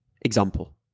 Example